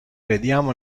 vediamo